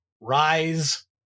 rise